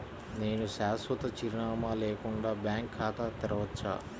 నేను శాశ్వత చిరునామా లేకుండా బ్యాంక్ ఖాతా తెరవచ్చా?